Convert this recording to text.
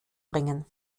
bringen